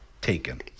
Taken